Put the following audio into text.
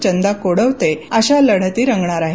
चंदा कोडवते अशा लढती रंगणार आहेत